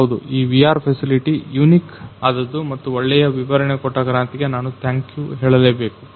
ಹೌದು ಈ VR facility unique ಆದದ್ದು ಮತ್ತು ಒಳ್ಳೆಯ ವಿವರಣೆ ಕೊಟ್ಟ ಕ್ರಾಂತಿಗೆ ನಾನು ಥ್ಯಾಂಕ್ಯು ಹೇಳಬೇಕು